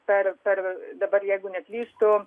per per dabar jeigu neklystu